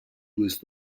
ouest